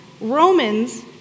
Romans